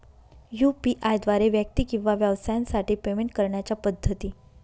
UPI द्वारे व्यक्ती किंवा व्यवसायांसाठी पेमेंट करण्याच्या पद्धती